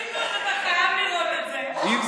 פינדרוס, אתה חייב לראות את זה, אני מתה.